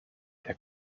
der